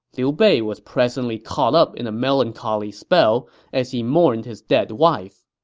liu bei was presently caught up in a melancholy spell as he mourned his dead wife.